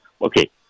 Okay